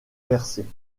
versée